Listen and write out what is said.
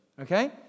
Okay